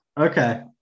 okay